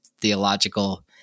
theological